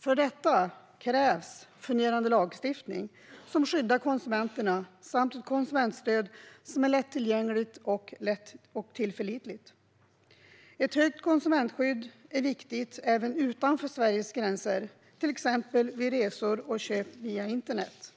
För detta krävs fungerande lagstiftning, som skyddar konsumenterna, samt ett konsumentstöd som är lättillgängligt och tillförlitligt. Ett högt konsumentskydd är viktigt även utanför Sveriges gränser, till exempel vid resor och köp via internet.